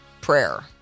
prayer